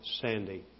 Sandy